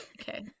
okay